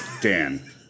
Dan